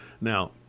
Now